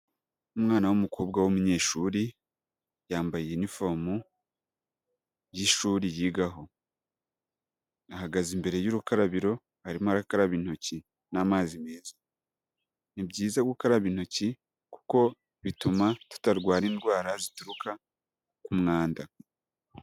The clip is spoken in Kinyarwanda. Umwana w'umukobwa w'umunyeshuri, yambaye inifomu y'ishuri yigaho, ahagaze imbere y'urukarabiro, arimo arakaraba intoki n'amazi meza, ni byiza gukaraba intoki kuko bituma tutarwara indwara zituruka ku mwanda.